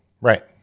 right